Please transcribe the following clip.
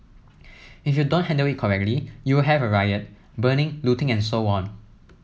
if you don't handle it correctly you'll have a riot burning looting and so on